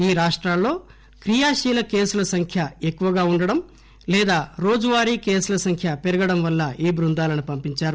ఈ రాష్టాల్లో క్రీయాశీల కేసుల సంఖ్య ఎక్కువగా వుండడం వల్ల లేదా రోజువారి కేసుల సంఖ్య పెరగడం వల్ల ఈ బృందాలను పంపించారు